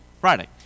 Friday